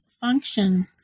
function